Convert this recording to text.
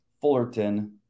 Fullerton